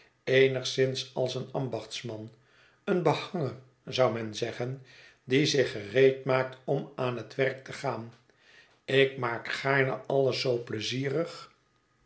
eenigszins als een ambachtsman een behanger zou men zeggen die zich gereedmaakt om aan het werk te gaan ik maak gaarne alles zoo pleizierig